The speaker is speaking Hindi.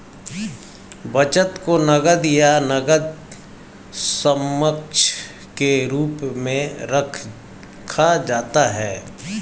बचत को नकद या नकद समकक्ष के रूप में रखा जाता है